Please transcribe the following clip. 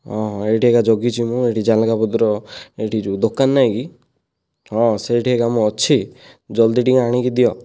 ହଁ ଏଇଠି ଏକା ଜଗିଛି ମୁଁ ଏଇଠି ଯାନକାପୋଦର ଏଇଠି ଯେଉଁ ଦୋକାନ ନାହିଁ କି ହଁ ସେଇଠି ଏକା ମୁଁ ଅଛି ଜଲ୍ଦି ଟିକିଏ ଆଣିକି ଦିଅ